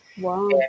Wow